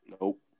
Nope